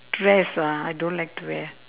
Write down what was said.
dress ah I don't like to wear